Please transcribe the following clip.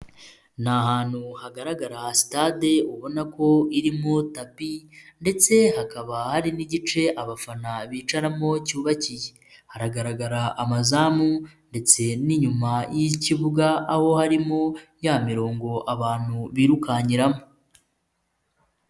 Ni ahantu hagaragara sitade ubona ko irimo tapi, ndetse hakaba hari n'igice abafana bicaramo cyubakiye, haragaragara amazamu ndetse n'inyuma y'ikibuga, aho harimo ya mirongo abantu birukankiramo.